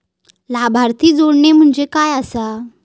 लाभार्थी जोडणे म्हणजे काय आसा?